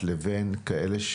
בוקר טוב לכולם.